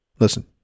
Listen